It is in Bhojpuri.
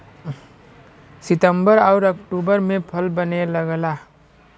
सितंबर आउर अक्टूबर में फल बने लगला